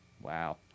Wow